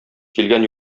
килгән